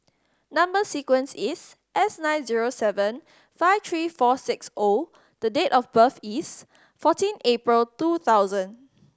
number sequence is S nine zero seven five three four six O the date of birth is fourteen April two thousand